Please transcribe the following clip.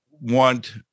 want